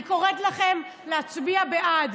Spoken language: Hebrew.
אני קוראת לכם להצביע בעד.